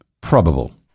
probable